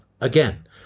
Again